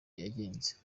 yagenze